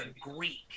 Greek